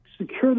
secure